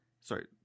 sorry